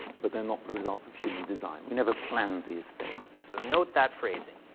but they're not the results of human design. we never planned these things. so, note that phrasing,